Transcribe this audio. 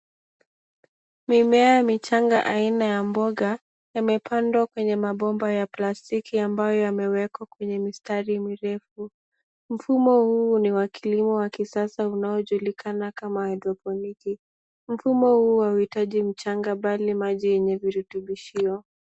Mimea michanga aina ya mboga yamepandwa kwenye mabomba ya plastiki ambayo yamewekwa kwenye mistari mirefu. Mfumo huu ni wa kilimo wa kisasa unaofahamika kama [cs ] hydroponic[cs ]. Mfumo huu hauhitaji mchanga bali maji yenye virutubishio.